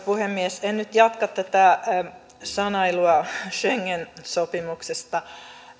puhemies en nyt jatka tätä sanailua schengen sopimuksesta